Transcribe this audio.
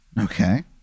Okay